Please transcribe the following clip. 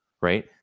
Right